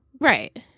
Right